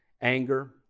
anger